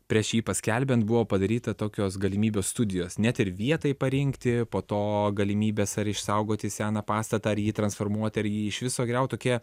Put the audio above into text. prieš jį paskelbiant buvo padaryta tokios galimybės studijos net ir vietai parinkti po to galimybės ar išsaugoti seną pastatą ar jį transformuoti ar jį iš viso griaut tokie